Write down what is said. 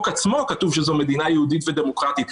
עצמו כתוב שזו מדינה יהודית ודמוקרטית,